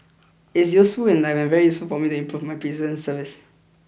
it's useful in life and very useful for me to improve my prison service